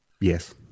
Yes